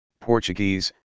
Portuguese